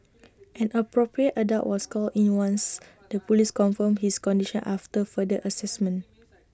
an appropriate adult was called in once the Police confirmed his condition after further Assessment